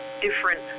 different